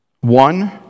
One